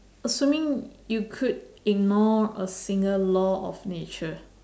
assuming you could ignore a single law of nature